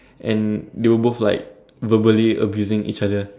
and they were both like verbally abusing each other